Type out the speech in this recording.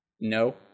No